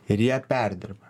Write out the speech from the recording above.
ir ją perdirba